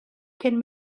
cyn